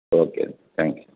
okay thank you